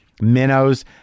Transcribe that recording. minnows